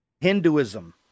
Hinduism